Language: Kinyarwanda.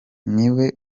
niwe